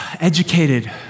educated